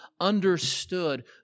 understood